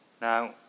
Now